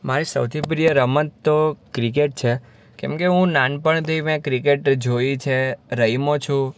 મારી સૌથી પ્રિય રમત તો ક્રિકેટ છે કેમ કે હું નાનપણથી મેં ક્રિકેટ જોઈ છે રમ્યો છું